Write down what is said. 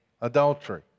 adultery